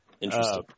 Interesting